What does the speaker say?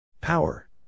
Power